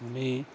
उ'नें ई